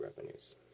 revenues